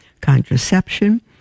contraception